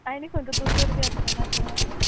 आनी खंयचो दोतोर बीन आसचो ना थंय